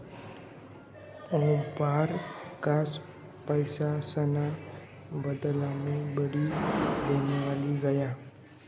ओमपरकास पैसासना बदलामा बीडी लेवाले गया